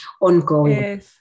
ongoing